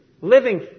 Living